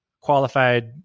qualified